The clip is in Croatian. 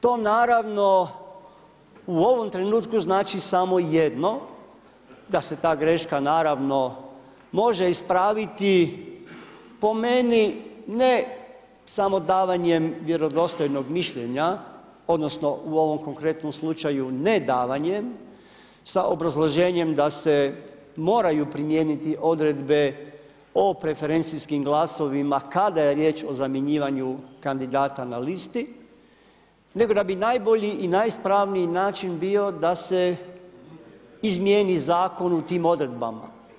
To naravno, u ovom trenutku još znači samo jedno, da se ta greška naravno može ispraviti, po meni ne samo davanjem vjerodostojnog mišljenja, odnosno u ovom konkretnom slučaju ne davanjem sa obrazloženjem da se moraju primijeniti odredbe o preferencijskim glasovima kada je riječ o zamjenjivanju kandidata na listi, nego da bi najbolji i najispravniji način bio da se izmijeni zakon u tim odredbama.